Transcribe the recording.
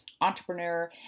entrepreneur